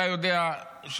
אתה יודע,